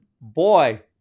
boy